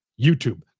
YouTube